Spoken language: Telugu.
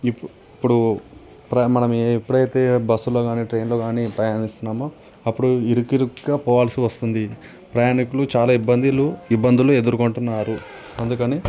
ఇప్పుడూ ప్ర మనము ఎప్పుడు అయితే బస్సులో కానీ ట్రైన్లో కానీ ప్రయాణిస్తున్నామో అప్పుడు ఇరుకు ఇరుగ్గా పోవాలసి వస్తుంది ప్రయాణికులు చాలా ఇబ్బందిలు ఇబ్బందులు ఎదుర్కొంటున్నారు అందుకని